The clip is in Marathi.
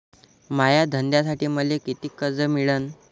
माया धंद्यासाठी मले कितीक कर्ज मिळनं?